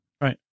right